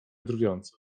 drwiąco